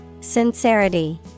Sincerity